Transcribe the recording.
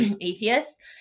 atheists